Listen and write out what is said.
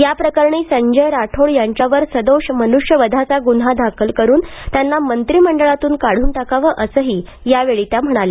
या प्रकरणी संजय राठोड यांच्यावर सदोष मनुष्य वधाचा गुन्हा दाखल करून त्यांना मंत्रीमंडळातून काढून टाकाव असंही त्या यावेळी म्हणाल्या